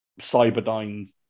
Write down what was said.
Cyberdyne